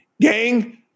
Gang